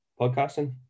podcasting